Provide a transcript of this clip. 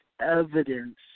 Evidence